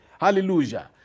Hallelujah